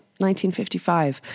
1955